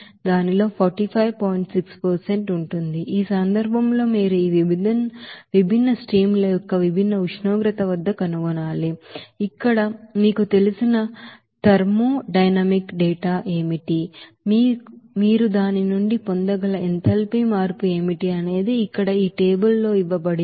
6 ఉంటుంది ఈ సందర్భంలో మీరు ఈ విభిన్న స్ట్రీమ్ ల యొక్క విభిన్న ఉష్ణోగ్రత వద్ద కనుగొనాలి ఇక్కడ మీకు తెలిసిన థర్మోడైనమిక్ డేటా ఏమిటి మీరు దాని నుండి పొందగల ఎంథాల్పీ మార్పు ఏమిటి అనేది ఇక్కడ ఈ టేబుల్ లో ఇవ్వబడింది